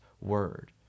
word